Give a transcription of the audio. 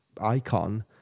icon